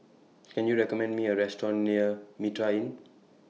Can YOU recommend Me A Restaurant near Mitraa Inn